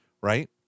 right